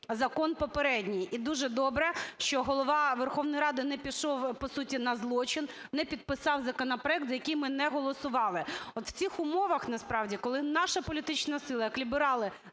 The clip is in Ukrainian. закон попередній. І дуже добре, що Голова Верховної Ради не пішов, по суті, на злочин, не підписав законопроект, за який ми не голосували. От в цих умовах насправді, коли наша політична сила, як ліберали,